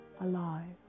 alive